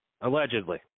Allegedly